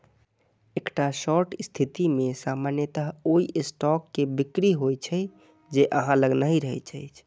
एकटा शॉर्ट स्थिति मे सामान्यतः ओइ स्टॉक के बिक्री होइ छै, जे अहां लग नहि रहैत अछि